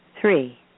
Three